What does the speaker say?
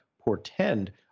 portend